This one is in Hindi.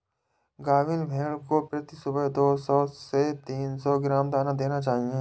गाभिन भेड़ को प्रति सुबह दो सौ से तीन सौ ग्राम दाना देना चाहिए